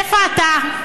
איפה אתה?